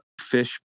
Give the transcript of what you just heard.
fish